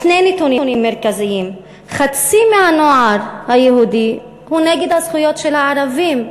שני נתונים מרכזיים: חצי מהנוער היהודי הוא נגד הזכויות של הערבים.